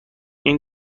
این